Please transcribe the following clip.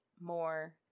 more